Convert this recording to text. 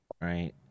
right